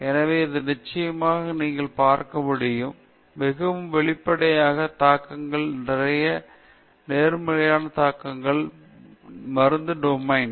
எனவே இந்த நிச்சயமாக நீங்கள் பார்க்க முடியும் மிகவும் வெளிப்படையாக தாக்கங்களை நிறைய நேர்மறையான தாக்கங்களை மருந்து டொமைன்